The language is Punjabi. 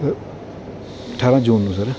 ਸਰ ਅਠਾਰਾਂ ਜੂਨ ਨੂੰ ਸਰ